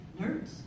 nerds